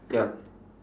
ya